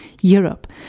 Europe